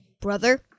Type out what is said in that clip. brother